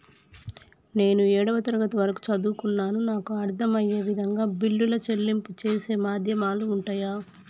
నేను ఏడవ తరగతి వరకు చదువుకున్నాను నాకు అర్దం అయ్యే విధంగా బిల్లుల చెల్లింపు చేసే మాధ్యమాలు ఉంటయా?